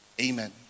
Amen